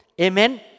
Amen